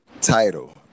title